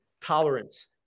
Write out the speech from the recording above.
tolerance